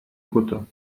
kutter